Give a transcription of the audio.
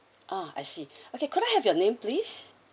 ah I see okay could I have your name please